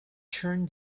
turn